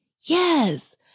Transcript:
Yes